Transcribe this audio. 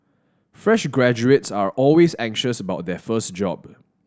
fresh graduates are always anxious about their first job